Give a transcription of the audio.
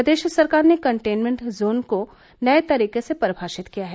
प्रदेश सरकार ने containment zone को नए तरीके से परिमाषित किया है